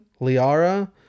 liara